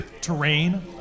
terrain